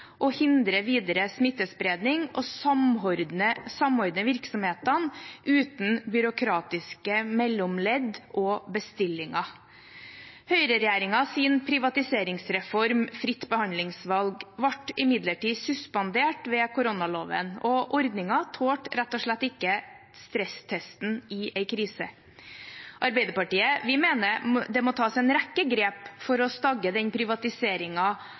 hindre videre smittespredning og samordne virksomhetene uten byråkratiske mellomledd og bestillinger. Høyreregjeringens privatiseringsreform Fritt behandlingsvalg ble imidlertid suspendert ved koronaloven. Ordningen tålte rett og slett ikke stresstesten i en krise. Arbeiderpartiet mener det må tas en rekke grep for å stagge den